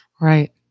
right